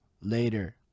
later